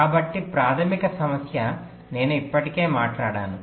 కాబట్టి ప్రాథమిక సమస్య నేను ఇప్పటికే మాట్లాడాను